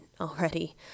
already